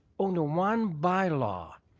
only one bylaw.